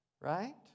Right